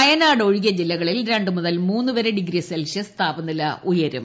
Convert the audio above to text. വ്യയനാട് ഒഴികെ ജില്ലകളിൽ രണ്ട് മുതൽ മൂന്നു വരെ ഡ്വീഫ്രി സെൽഷ്യസ് താപനില ഉയരും